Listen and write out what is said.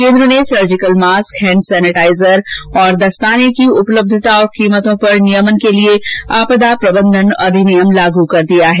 केन्द्र ने surgical mask hand sanitiser और दस्ताने की उपलब्धता और कीमतों पर नियमन के लिए आपदा प्रबंधन अधिनियम लागू कर दिया है